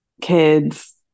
kids